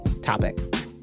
topic